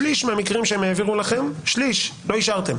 שליש מהמקרים שהעבירו לכם לא אישרתם.